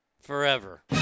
forever